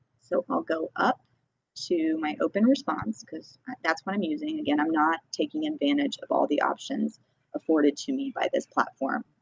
so i'll go up to my open response. that's what i'm using again, i'm not taking advantage of all the options afforded to me by this platform.